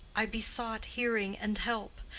i besought hearing and help.